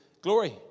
glory